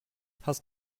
hast